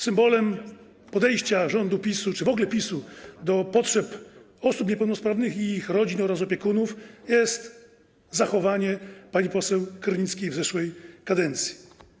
Symbolem podejścia rządu PiS czy w ogóle PiS do potrzeb osób niepełnosprawnych i ich rodzin oraz opiekunów jest zachowanie pani poseł Krynickiej w zeszłej kadencji.